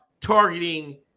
targeting